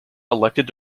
elected